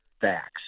facts